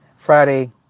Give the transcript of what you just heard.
Friday